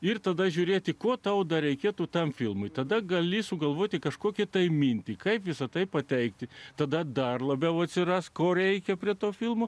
ir tada žiūrėti kuo tau dar reikėtų tam filmui tada gali sugalvoti kažkokį tai mintį kaip visa tai pateikti tada dar labiau atsiras ko reikia prie to filmo